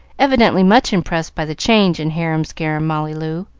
evidently much impressed by the change in harum-scarum molly loo.